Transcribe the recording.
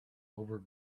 over